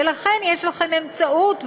ולכן יש לכם אמצעים,